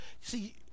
see